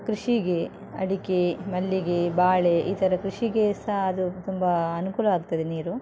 ಕೃಷಿಗೆ ಅಡಿಕೆ ಮಲ್ಲಿಗೆ ಬಾಳೆ ಈ ಥರ ಕೃಷಿಗೆ ಸಹ ಅದು ತುಂಬ ಅನುಕೂಲ ಆಗ್ತದೆ ನೀರು